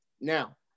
now